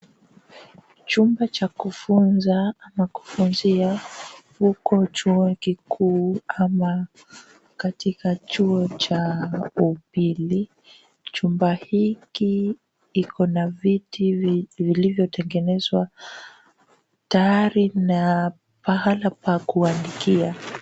Chumba cha kufunza na kufunzia huko chuo kikuu ama katika chuo cha upili. Chumba hiki iko na viti vilivyotengenezwa tayari na pahala pa kuandikia.